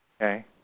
Okay